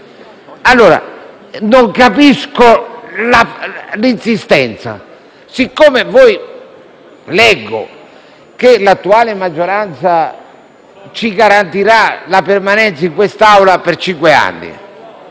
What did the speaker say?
lecita. Non capisco l'insistenza. Siccome leggo che l'attuale maggioranza ci garantirà la permanenza in Parlamento per cinque anni